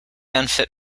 unfit